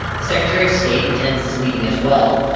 the secretary of state attends this meeting as well,